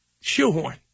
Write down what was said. Shoehorn